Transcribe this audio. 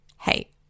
Hey